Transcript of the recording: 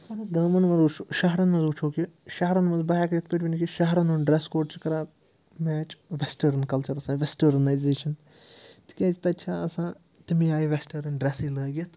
اَگر گامَن مَنٛز وٕچھو شہرَن منٛز وٕچھو کہِ شَہرَن منٛز بہٕ ہٮ۪کہٕ یِتھ پٲٹھۍ ؤنِتھ کہِ شہرَن ہُنٛد ڈرٛٮ۪س کوڈ چھُ کَران میچ وٮ۪سٹٲرٕن کَلچَرَس سۭتۍ وٮ۪سٹٲرٕنایزیشَن تِکیٛازِ تَتہِ چھِ آسان تَمی آیہِ وٮ۪سٹٲرٕن ڈرٛٮ۪سٕے لٲگِتھ